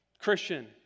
Christian